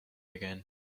again